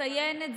לציין אף יום,